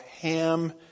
Ham